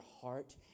heart